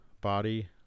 body